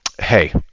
hey